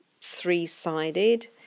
three-sided